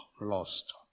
lost